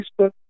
Facebook